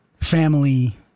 family